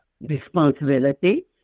responsibility